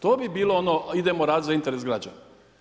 To bi bilo ono idemo raditi za interes građana.